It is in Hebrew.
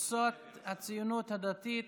קבוצת סיעת ש"ס,